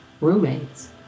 roommates